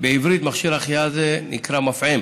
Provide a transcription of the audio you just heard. בעברית מכשיר החייאה זה נקרא מפעם.